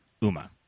uma